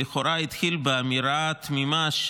שלכאורה התחיל באמירה תמימה,